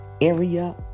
area